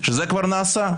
שזה כבר נעשה.